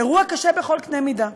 אירוע קשה בכל קנה מידה.